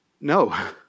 No